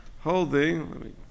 holding